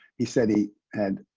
he said he had